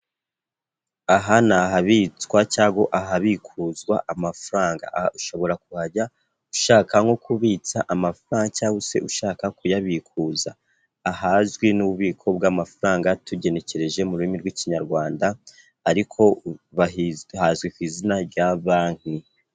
Aha ni ahabitswa cyangwa ahabikuzwa amafaranga, ushobora kuhajya ushaka nko kubitsa amafaranga cyangwa se ushaka kuyabikuza ahazwi n'ububiko bw'amafaranga tugenekereje mu rurimi rw'Ikinyarwanda ariko hazwi ku izina rya banki.